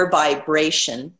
vibration